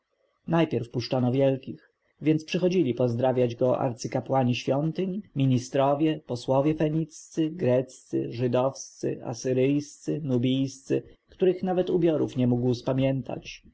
najpierw puszczano wielkich więc przychodzili pozdrawiać go arcykapłani świątyń ministrowie posłowie feniccy greccy żydowscy asyryjscy nubijscy których nawet ubiorów nie mógł spamiętać